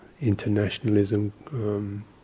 Internationalism